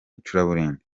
icuraburindi